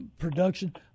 production